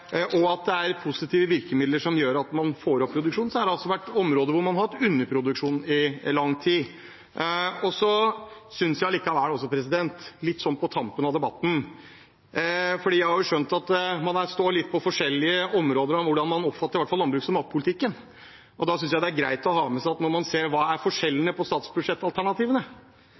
Det er positive virkemidler som gjør at man får opp produksjonen, men det har også vært områder hvor man har hatt underproduksjon i lang tid. Litt på tampen av debatten – fordi jeg har skjønt at man står på litt forskjellig sted når det gjelder hvordan man oppfatter landbruks- og matpolitikken – synes jeg det er greit å ha med seg at om man ser på hva som er forskjellen på statsbudsjettalternativene,